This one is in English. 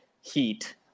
heat